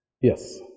Yes